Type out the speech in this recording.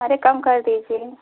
अरे कम कर दीजिए